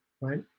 right